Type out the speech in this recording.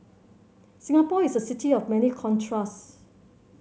Singapore is a city of many contrast